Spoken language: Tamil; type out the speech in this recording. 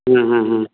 ஆ ஆ ஆ